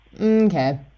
Okay